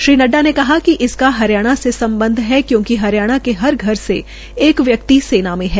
श्री नड़डा ने कहा कि इसका हरियाणा से सम्बध है क्योकि हरियाणा के हर घर से एक व्यक्ति सेना में है